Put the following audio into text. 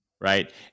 right